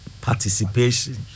participation